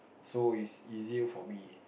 so is easier for me